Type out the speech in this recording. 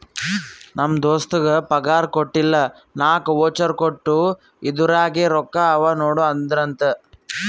ನಮ್ ದೋಸ್ತಗ್ ಪಗಾರ್ ಕೊಟ್ಟಿಲ್ಲ ನಾಕ್ ವೋಚರ್ ಕೊಟ್ಟು ಇದುರಾಗೆ ರೊಕ್ಕಾ ಅವಾ ನೋಡು ಅಂದ್ರಂತ